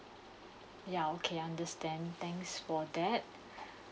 yeuh okay understand thanks for that